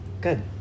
Good